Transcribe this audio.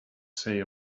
say